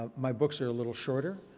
um my books are a little shorter.